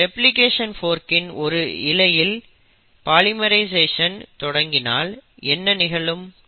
இந்த ரெப்லிகேடின் போர்க் இன் ஒரு இழையில் பாலிமரைசேஷன் தொடங்கினால் என்ன நிகழும்